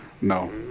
No